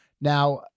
Now